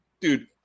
dude